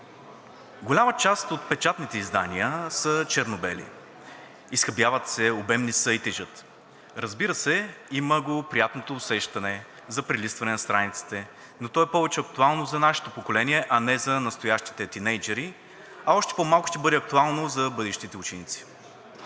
Голяма част от печатните издания са черно-бели – изхабяват се, обемни са и тежат. Разбира се, има го приятното усещане за прелистване на страниците, но то е повече актуално за нашето поколение, а не за настоящите тийнейджъри, а още по-малко ще бъде актуално за бъдещите ученици.